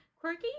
quirky